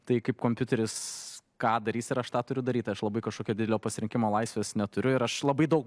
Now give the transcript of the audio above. tai kaip kompiuteris ką darys ir aš tą turiu daryt aš labai kažkokio didelio pasirinkimo laisvės neturiu ir aš labai daug